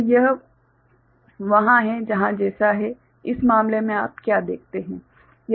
तो यह वहाँ है जहाँ जैसा है इस मामले में आप क्या देखते हैं